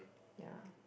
ya